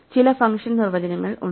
ചില ഫംഗ്ഷൻ നിർവചനങ്ങൾ ഉണ്ട്